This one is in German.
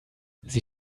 sie